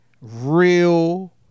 real